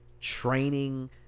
training